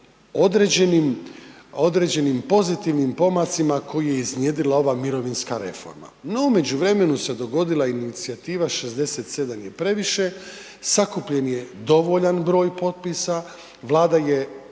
određenim pozitivnim pomacima koje je iznjedrila ova mirovinska reforma no u međuvremenu se dogodila inicijativa „67 je previše“, sakupljen je dovoljan broj potpisa, Vlada je